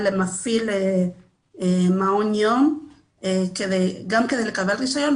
מפעיל מעון יום גם כדי לקבל רישיון,